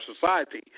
society